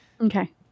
Okay